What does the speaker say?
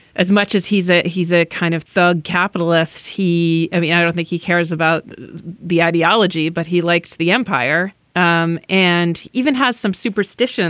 as much as he's a he's a kind of thug capitalist. he i mean i don't think he cares about the ideology but he liked the empire um and even has some superstitions